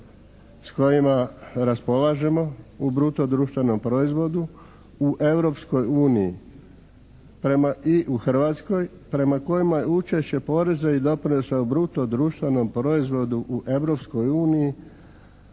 s kojima raspolažemo u bruto društvenom proizvodu u Europskoj uniji i u Hrvatskoj prema kojima je učešće poreza i doprinosa u bruto društvenom proizvodu u Europskoj uniji